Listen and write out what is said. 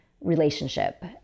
relationship